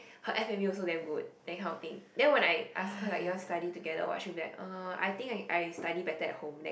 her F and B also damn good that kinf of thing then when I ask her like you want to study together !wah! she'll be like uh I think I study better at home then